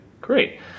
great